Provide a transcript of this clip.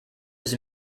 was